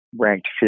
ranked